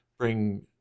bring